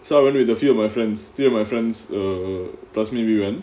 so I went with a few of my friends few of my friends plus me we went